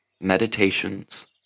Meditations